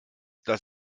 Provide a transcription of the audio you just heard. das